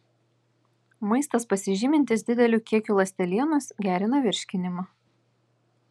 maistas pasižymintis dideliu kiekiu ląstelienos gerina virškinimą